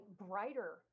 brighter